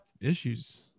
issues